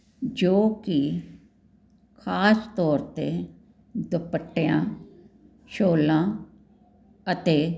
ਜੋ ਕਿ ਖਾਸ ਤੌਰ 'ਤੇ ਦੁਪੱਟਿਆਂ ਸ਼ੋਲਾਂ ਅਤੇ